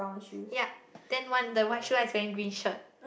yeap then one the white shoe one is wearing green shirt